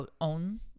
own